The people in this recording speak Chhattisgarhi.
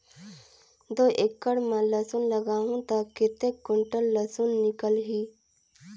दो एकड़ मां लसुन लगाहूं ता कतेक कुंटल लसुन निकल ही?